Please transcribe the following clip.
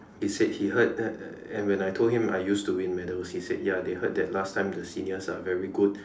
he said he heard that and when I told him I used to win medals he said ya they heard that last time the seniors are very good